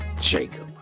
Jacob